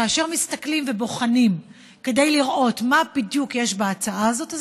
כאשר מסתכלים ובוחנים כדי לראות מה בדיוק יש בהצעה הזאת,